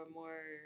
more